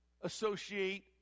associate